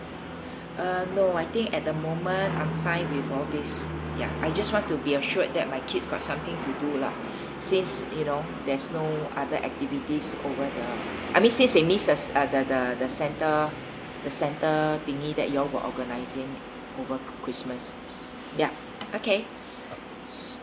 uh no I think at the moment I'm fine with all these ya I just want to be assured that my kids got something to do lah since you know there's no other activities over the I mean since they missed thes~ the the the santa the santa thingy you all were organising over chirstmas